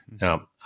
Now